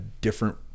different